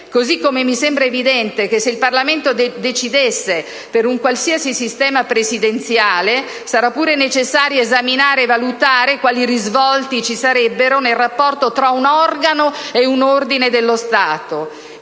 modo mi sembra evidente che se il Parlamento decidesse per un qualsiasi sistema presidenziale sarà pure necessario esaminare e valutare quali risvolti ci sarebbero nel rapporto tra un organo e un ordine dello Stato.